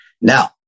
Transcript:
Now